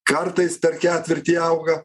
kartais per ketvirtį auga